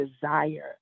desire